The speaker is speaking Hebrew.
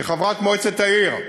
כחברת מועצת העיר,